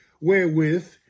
wherewith